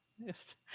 yes